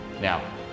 Now